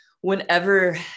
whenever